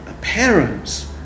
parents